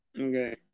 Okay